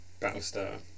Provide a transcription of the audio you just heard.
Battlestar